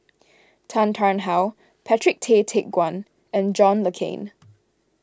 Tan Tarn How Patrick Tay Teck Guan and John Le Cain